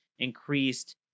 increased